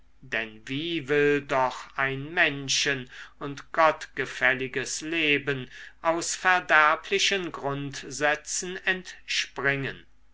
denn wie will doch ein menschen und gott gefälliges leben aus verderblichen grundsätzen entspringen